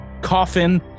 coffin